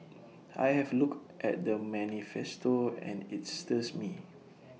I have looked at the manifesto and IT stirs me